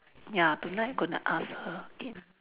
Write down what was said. ya tonight I gonna ask her again